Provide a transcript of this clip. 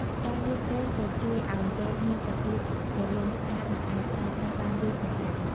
ការលាបប្រេងក៏ជួយឱ្យវែកមានសភាពរលោងស្អាត និងអាចប្រើប្រាស់បានយូរផងដែរ។